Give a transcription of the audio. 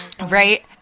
right